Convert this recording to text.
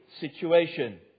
situation